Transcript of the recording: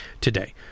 Today